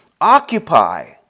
occupy